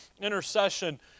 intercession